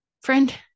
Friend